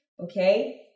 okay